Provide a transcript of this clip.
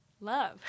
Love